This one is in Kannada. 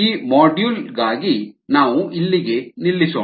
ಈ ಮಾಡ್ಯೂಲ್ಗಾಗಿ ನಾವು ಇಲ್ಲಿಗೆ ನಿಲ್ಲಿಸೋಣ